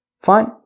fine